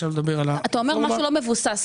אתה אומר משהו לא מבוסס.